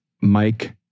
Mike